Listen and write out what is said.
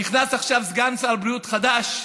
נכנס עכשיו סגן שר בריאות חדש,